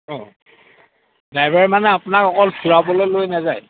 অঁ ড্ৰাইভাৰ মানে আপোনাক অকল ফুৰাবলৈ লৈ নাযায়